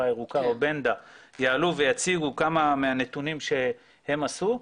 הירוקה יעלו ויציגו כמה מהנתונים שהם עשו.